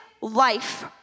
life